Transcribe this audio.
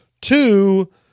two